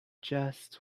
just